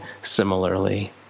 similarly